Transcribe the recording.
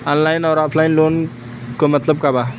Online अउर offline loan क मतलब का बा?